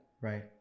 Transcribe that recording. Right